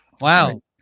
Wow